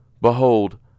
behold